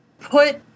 put